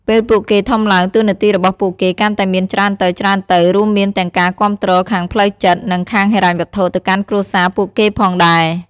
ពេលពួកគេធំឡើង តួនាទីរបស់ពួកគេកាន់តែមានច្រើនទៅៗ រួមមានទាំងការគាំទ្រខាងផ្លូវចិត្ត និងខាងហិរញ្ញវត្ថទៅកាន់គ្រួសារពួកគេផងដែរ។